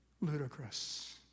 ludicrous